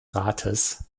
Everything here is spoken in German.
rates